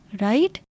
Right